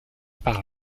par